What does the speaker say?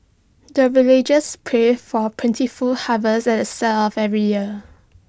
the villagers pray for plentiful harvest at the start of every year